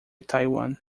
taiwan